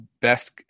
best